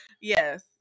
Yes